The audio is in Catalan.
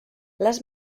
les